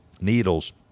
needles